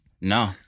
No